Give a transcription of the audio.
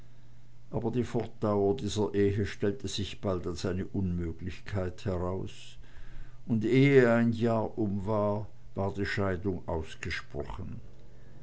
aber die fortdauer dieser ehe stellte sich bald als eine unmöglichkeit heraus und ehe ein jahr um war war die scheidung ausgesprochen